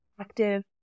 active